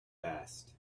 asked